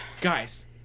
guys